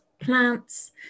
plants